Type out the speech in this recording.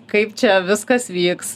kaip čia viskas vyks